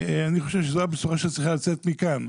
אני חושב שזו הבשורה שצריכה לצאת מכאן.